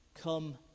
Come